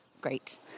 Great